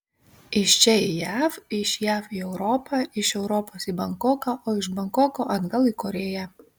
iš čia į jav iš jav į europą iš europos į bankoką o iš bankoko atgal į korėją